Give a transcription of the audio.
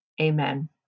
amen